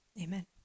Amen